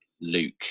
Luke